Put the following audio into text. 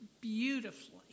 beautifully